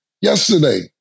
yesterday